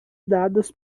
dadas